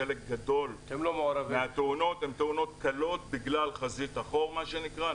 חלק גדול מהתאונות הן תאונות קלות בגלל חזית-אחור מה שנקרא,